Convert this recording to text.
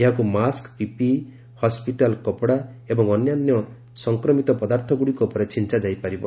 ଏହାକୁ mask PPE hospital କପଡ଼ା ଏବଂ ଅନ୍ୟ ସଂକ୍ରମିତ ପଦାର୍ଥଗୁଡ଼ିକ ଉପରେ ଛିଆଯାଇ ପାରିବ